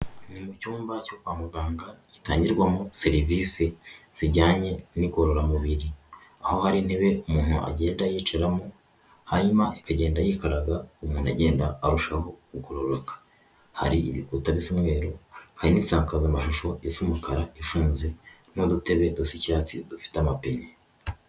Ni mu cyumba cyo kwa muganga hatangirwamo serivisi zijyanye n'igororamubiri, aho hari intebe umuntu agenda yicaramo hanyuma ikagenda yikaraga umuntu agenda arushaho kugororoka. Hari ibikuta bisa umweru, hari n'insakazamashusho isa umukara ifunze, n'udutebe dusa icyatsi dufite amapine.